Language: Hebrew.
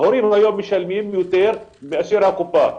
ההורים היום משלמים יותר מאשר הקופה,